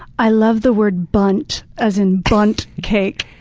i love the word bundt, as in, bundt cake.